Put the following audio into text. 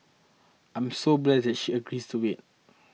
I'm so blessed that she agrees to it